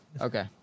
Okay